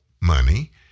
money